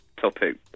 topic